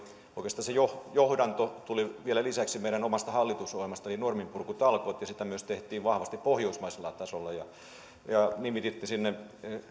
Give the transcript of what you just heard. oikeastaan se johdanto tuli vielä lisäksi meidän omasta hallitusohjelmastamme eli norminpurkutalkoot ja sitä myös tehtiin vahvasti pohjoismaisella tasolla ja nimititte sinne mukaan